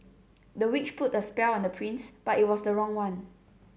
the witch put a spell on the prince but it was the wrong one